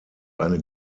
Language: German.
eine